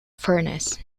furnace